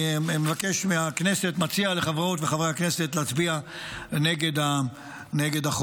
אני מציע לחברות ולחברי הכנסת להצביע נגד החוק.